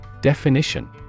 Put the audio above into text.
Definition